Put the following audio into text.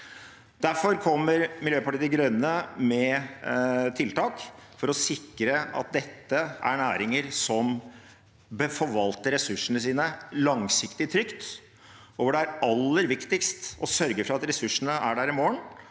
Derfor kommer Miljøpartiet De Grønne med tiltak for å sikre at dette er næringer som forvalter ressursene sine langsiktig og trygt, og hvor det er aller viktigst å sørge for at ressursene er der i morgen